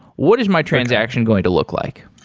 what is my transaction going to look like?